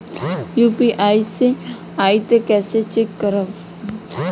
UPI से पैसा आई त कइसे चेक करब?